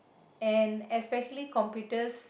and especially computers